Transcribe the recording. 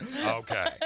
Okay